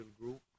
group